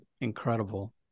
incredible